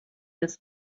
das